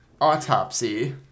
autopsy